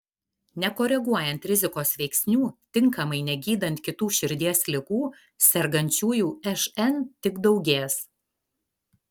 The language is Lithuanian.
nekoreguojant rizikos veiksnių tinkamai negydant kitų širdies ligų sergančiųjų šn tik daugės